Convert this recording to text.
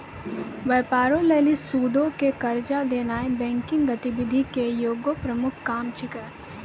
व्यापारो लेली सूदो पे कर्जा देनाय बैंकिंग गतिविधि के एगो प्रमुख काम छै